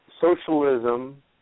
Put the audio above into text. socialism